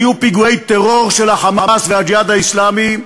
היו פיגועי טרור של ה"חמאס" ו"הג'יהאד האסלאמי",